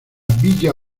villa